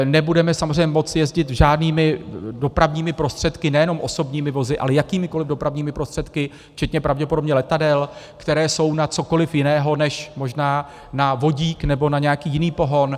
Nebudeme samozřejmě moct jezdit žádnými dopravními prostředky, ne jenom osobními vozy, ale jakýmikoliv dopravními prostředky včetně pravděpodobně letadel, která jsou na cokoliv jiného než možná na vodík nebo na nějaký jiný pohon.